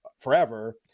forever